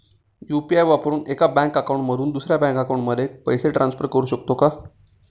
UPI वापरून एका bank account मधून दुसऱ्या बँक अकाउंटमध्ये पैसे ट्रान्सफर करू शकतो का?